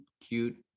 cute